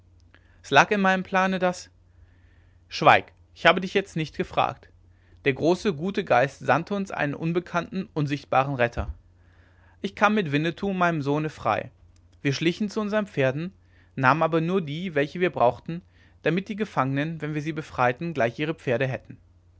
es lag in meinem plane daß schweig ich habe dich jetzt nicht gefragt der große gute geist sandte uns einen unbekannten unsichtbaren retter ich kam mit winnetou meinem sohne frei wir schlichen zu unsern pferden nahmen aber nur die welche wir brauchten damit die gefangenen wenn wir sie befreiten gleich ihre pferde hätten